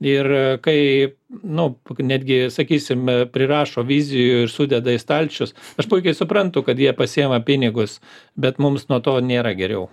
ir kai nu netgi sakysim prirašo vizijų ir sudeda į stalčius aš puikiai suprantu kad jie pasiima pinigus bet mums nuo to nėra geriau